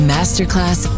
Masterclass